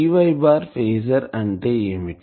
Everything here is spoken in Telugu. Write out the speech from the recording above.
Ey ఫేజర్ అంటే ఏమిటి